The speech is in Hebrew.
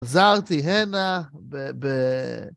עזרתי הנה ב ב...